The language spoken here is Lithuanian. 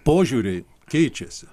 požiūriai keičiasi